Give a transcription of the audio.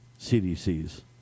CDC's